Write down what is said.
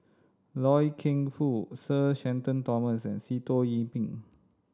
Loy Keng Foo Sir Shenton Thomas and Sitoh Yih Pin